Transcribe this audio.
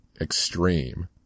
extreme